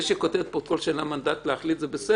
זה שהפרוטוקול כותב שאין לה מנדט להחליט זה בסדר